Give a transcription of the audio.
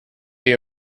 city